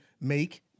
make